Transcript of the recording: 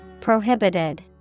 Prohibited